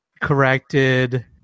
corrected